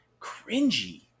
cringy